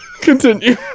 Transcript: Continue